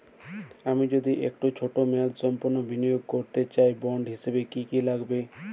আমি যদি একটু ছোট মেয়াদসম্পন্ন বিনিয়োগ করতে চাই বন্ড হিসেবে কী কী লাগবে?